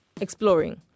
exploring